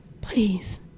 Please